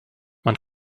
man